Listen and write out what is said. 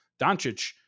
Doncic